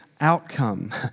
outcome